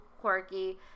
quirky